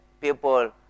people